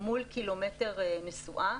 מול קילומטר נסועה.